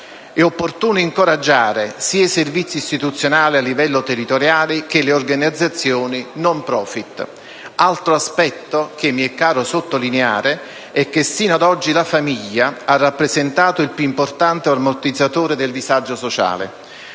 È opportuno incoraggiare sia i servizi istituzionali a livello territoriale che le organizzazioni *non profit*. Un altro aspetto che mi è caro sottolineare è che fino ad oggi la famiglia ha rappresentato il più importante ammortizzatore del disagio sociale,